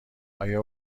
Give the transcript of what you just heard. آیا